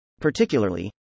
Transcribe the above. Particularly